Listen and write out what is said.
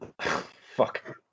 Fuck